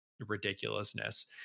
ridiculousness